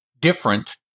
different